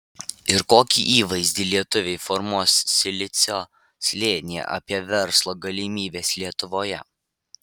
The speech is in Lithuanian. ir kokį įvaizdį lietuviai formuos silicio slėnyje apie verslo galimybes lietuvoje